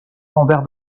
rambert